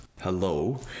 Hello